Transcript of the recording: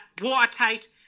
watertight